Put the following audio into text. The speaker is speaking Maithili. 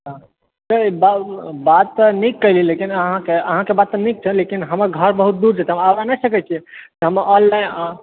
बात तऽ नीक कहलियै लेकिन अहाँकेँ अहाँकेँ बात तऽ निक छै लेकिन हमर घर बहुत दूर छै तऽ हम आब नहि ने सकैत छी तऽ ऑनलाइन